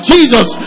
Jesus